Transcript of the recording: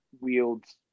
wields